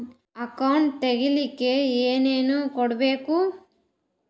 Account ತೆಗಿಲಿಕ್ಕೆ ಏನೇನು ಕೊಡಬೇಕು?